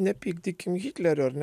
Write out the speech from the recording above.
nepykdykim hitlerio ar ne